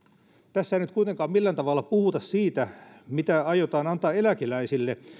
tässä ei nyt kuitenkaan millään tavalla puhuta siitä mitä aiotaan antaa eläkeläisille